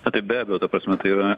na tai be abejo ta prasme tai yra